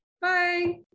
Bye